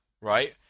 right